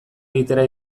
egitera